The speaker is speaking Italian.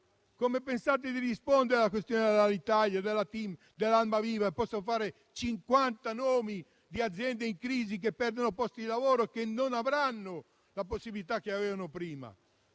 Come pensate di rispondere alla questione dell'Alitalia, della TIM, di Almaviva? Potrei fare decine di nomi di aziende in crisi che perdono posti di lavoro e che non avranno le possibilità che avevano prima.